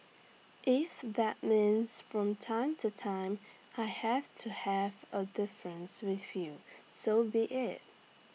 if that means from time to time I have to have A difference with you so be IT